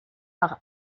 par